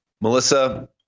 Melissa